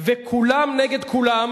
וכולם נגד כולם,